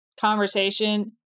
conversation